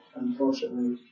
unfortunately